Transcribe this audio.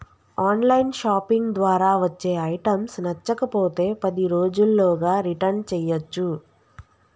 on line shopping ద్వారా వచ్చే items నచ్చకపోతే పది రోజుల్లోగా రిటర్న్ చేయ్యచ్చు